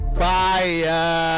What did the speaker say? fire